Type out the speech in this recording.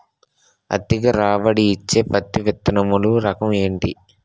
అధిక రాబడి ఇచ్చే పత్తి విత్తనములు రకం ఏంటి?